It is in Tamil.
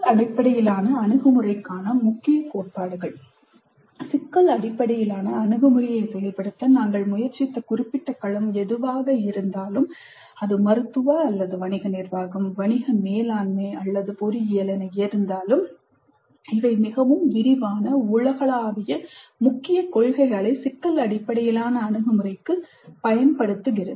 சிக்கல் அடிப்படையிலான அணுகுமுறைக்கான முக்கிய கோட்பாடுகள் சிக்கல் அடிப்படையிலான அணுகுமுறையை செயல்படுத்த நாங்கள் முயற்சித்த குறிப்பிட்ட களம் எதுவாக இருந்தாலும் அது மருத்துவ அல்லது வணிக நிர்வாகம் வணிக மேலாண்மை அல்லது பொறியியல் என இருந்தாலும் இவை மிகவும் விரிவான உலகளாவிய முக்கிய கொள்கைகளை சிக்கல் அடிப்படையிலான அணுகுமுறைக்கு பயன்படுத்துகிறது